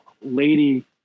lady